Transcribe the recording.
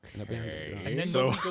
Okay